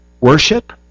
worship